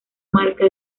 marca